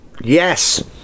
yes